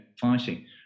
fighting